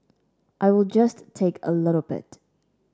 I will just take a little bit